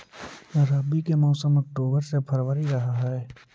रब्बी के मौसम अक्टूबर से फ़रवरी रह हे